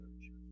church